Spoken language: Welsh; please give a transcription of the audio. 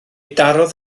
darodd